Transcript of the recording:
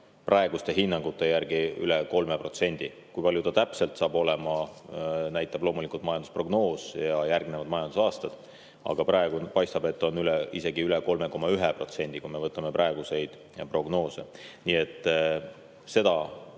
praeguste hinnangute järgi üle 3%. Kui palju see täpselt saab olema, näitavad loomulikult majandusprognoos ja järgnevad majandusaastad. Aga praegu paistab, et see on isegi üle 3,1%, kui me võtame praegused prognoosid. Nii et võin